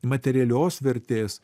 materialios vertės